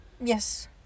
yes